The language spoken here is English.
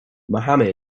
mohammed